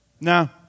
no